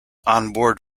onboard